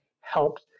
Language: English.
helps